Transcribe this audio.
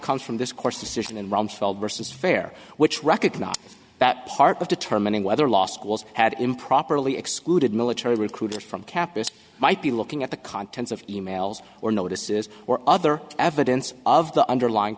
comes from this course decision in rumsfeld versus fair which recognizes that part of determining whether law schools had improperly excluded military recruiters from kept this might be looking at the contents of e mails or notices or other evidence of the underlyin